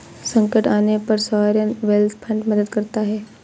संकट आने पर सॉवरेन वेल्थ फंड मदद करता है